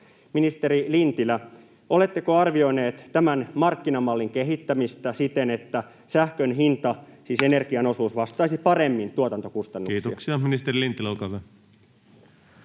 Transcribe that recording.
Ministeri Lintilä, oletteko arvioineet tämän markkinamallin kehittämistä siten, että energian osuus sähkön hinnassa vastaisi paremmin tuotantokustannuksia? Kiitoksia. — Ministeri Lintilä, olkaa hyvä.